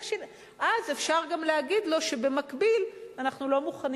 אז אפשר גם להגיד לו גם שבמקביל אנחנו לא מוכנים